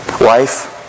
wife